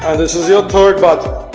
and this is your third but